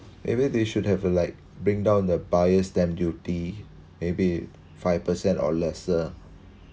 maybe they should have to like bring down the buyer's stamp duty maybe five percent or lesser